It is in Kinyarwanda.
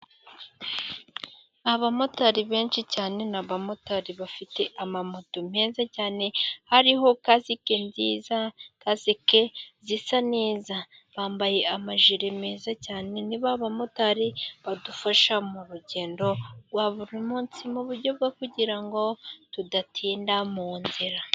Abamotari benshi cyane ni abamotari bafite amamoto meza cyane, hariho kasike nziza kaziseke zisa neza, bambaye amajiri meza cyane ni ba bamotari badufasha mu rugendo rwa buri munsi, mu buryo bwo kugira ngo tudatinda mu nzira.